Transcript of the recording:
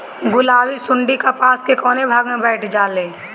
गुलाबी सुंडी कपास के कौने भाग में बैठे ला?